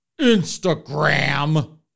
Instagram